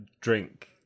drink